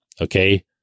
Okay